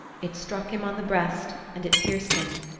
it struck him on the breast and it pierced him.